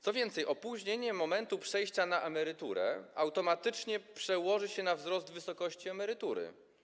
Co więcej, opóźnienie momentu przejścia na emeryturę automatycznie przełoży się na wzrost wysokości emerytury.